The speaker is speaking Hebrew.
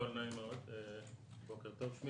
בוקר טוב.